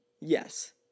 Yes